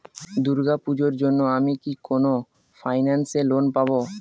দূর্গা পূজোর জন্য আমি কি কোন ফাইন্যান্স এ লোন পাবো?